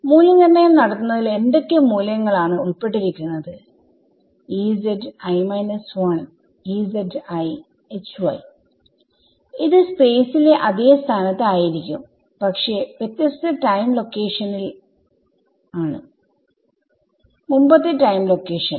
മൂല്യനിർണ്ണയം നടത്തുന്നതിൽ എന്തൊക്കെ മൂല്യങ്ങൾ ആണ് ഉൾപ്പെട്ടിരിക്കുന്നത് ഇത് സ്പേസിലെ അതേ സ്ഥാനത്ത് ആയിരിക്കും പക്ഷെ വ്യത്യസ്ത ടൈം ലൊക്കേഷനിൽമുമ്പത്തെ ടൈം ലൊക്കേഷൻ